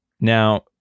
Now